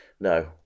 No